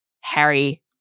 harry